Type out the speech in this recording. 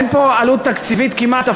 אין פה עלות תקציבית כמעט.